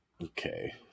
Okay